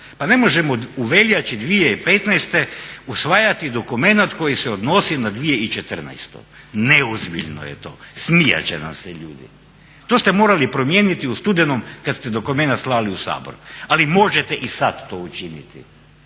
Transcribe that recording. Pa ne možemo u veljači 2015. usvajati dokumenat koji se odnosi na 2014., neozbiljno je to, smijat će nam se ljudi. To ste morali promijeniti u studenom kad ste dokumenat slali u Sabor, ali možete i sad to učiniti.